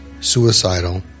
suicidal